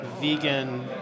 vegan